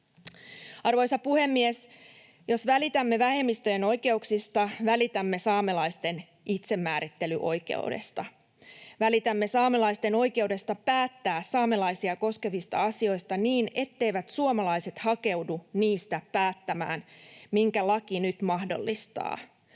Arvoisa puhemies! Jos välitämme vähemmistöjen oikeuksista, välitämme saamelaisten itsemäärittelyoikeudesta: välitämme saamelaisten oikeudesta päättää saamelaisia koskevista asioista niin, etteivät suomalaiset hakeudu niistä päättämään, minkä laki nyt mahdollistaa.